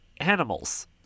animals